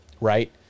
right